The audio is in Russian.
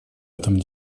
этом